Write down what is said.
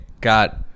got